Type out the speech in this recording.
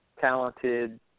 talented